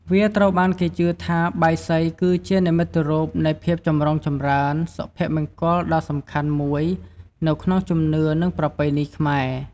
វាត្រូវបានគេជឿថាបាយសីគឺជា និមិត្តរូប នៃភាពចម្រុងចម្រើន សុភមង្គលដ៏សំខាន់មួយនៅក្នុងជំនឿ និងប្រពៃណីខ្មែរ។